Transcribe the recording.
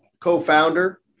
co-founder